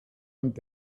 und